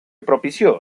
propició